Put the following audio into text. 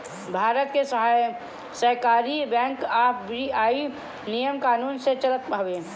भारत के सहकारी bank RBI नियम कानून से चलत हवे